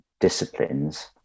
disciplines